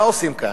מה עושים כאן?